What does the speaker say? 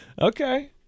okay